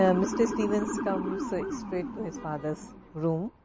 ah mr. stevens comes straight to his father's room,